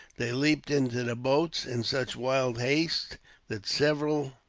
they leaped into the boats in such wild haste that several